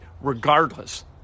regardless